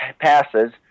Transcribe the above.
passes